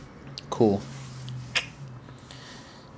cool